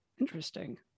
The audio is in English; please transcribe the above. interesting